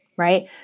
right